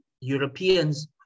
Europeans